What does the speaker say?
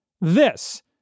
This-